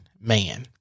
man